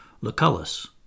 Lucullus